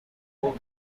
pull